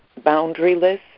boundaryless